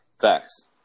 Facts